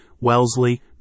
Wellesley